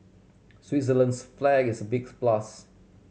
Switzerland's flag is a big plus